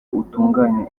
utunganya